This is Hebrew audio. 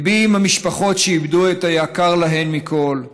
ליבי עם המשפחות שאיבדו את היקר להן מכול.